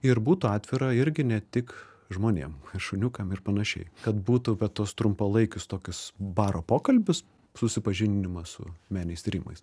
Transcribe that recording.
ir būtų atvira irgi ne tik žmonėm šuniukam ir panašiai kad būtų apie tuos trumpalaikius tokius baro pokalbius susipažindimą su meniniais tyrimais